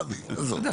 אבי, עזוב.